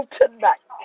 tonight